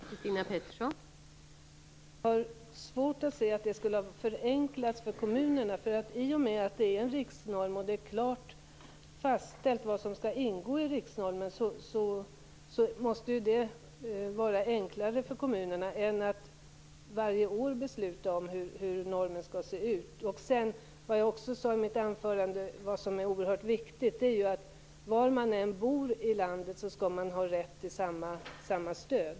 Fru talman! Jag har svårt att se att det skulle ha förenklat för kommunerna. I och med att det är en riksnorm och det är klart fastställt vad som skall ingå i den måste det vara enklare för kommunerna än att varje år besluta om normen. Jag sade i mitt anförande, något som är oerhört viktigt, att var man än bor i landet skall man ha rätt till samma stöd.